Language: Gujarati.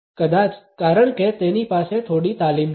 3006 કદાચ કારણ કે તેની પાસે થોડી તાલીમ છે